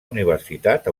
universitat